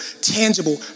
tangible